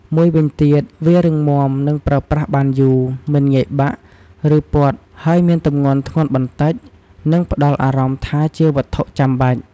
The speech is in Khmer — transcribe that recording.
មួយវិញទៀត វារឹងមាំ និងប្រើប្រាស់បានយូរ មិនងាយបាក់ ឬពត់ ហើយមានទម្ងន់ធ្ងន់បន្តិច និងផ្តល់អារម្មណ៍ថាជាវត្ថុចាំបាច់។